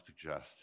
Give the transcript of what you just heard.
suggest